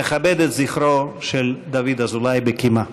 נכבד את זכרו של דוד אזולאי בקימה.